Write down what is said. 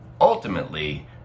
Ultimately